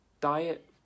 diet